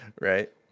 right